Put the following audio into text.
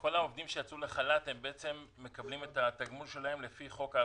כל העובדים שהוצאו לחל"ת מקבלים את התגמול שלהם לפי חוק האבטלה.